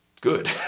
good